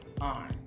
on